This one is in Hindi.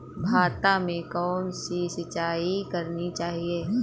भाता में कौन सी सिंचाई करनी चाहिये?